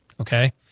Okay